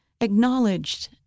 acknowledged